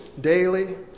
daily